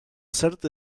cert